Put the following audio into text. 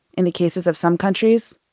in the cases of some countries,